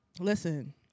Listen